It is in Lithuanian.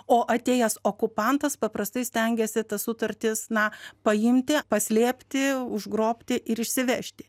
o atėjęs okupantas paprastai stengiasi tas sutartis na paimti paslėpti užgrobti ir išsivežti